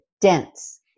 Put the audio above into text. dense